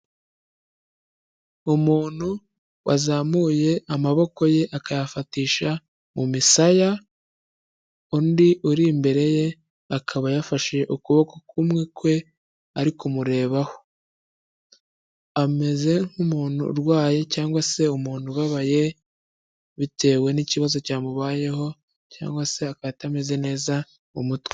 Ni umuntu wazamuye amaboko ye akayafatisha mu misaya, undi uri imbere ye akaba yafashe ukuboko kumwe kwe, ari kumureba. Ameze nk'umuntu urwaye cyangwa se umuntu ubabaye bitewe n'ikibazo cyamubayeho, cyangwa se atameze neza umutwe.